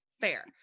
fair